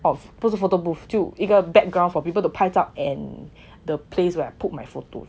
of 不是 photo booth 就一个 background for people to 拍照 and the place where I put my photo